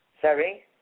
Sorry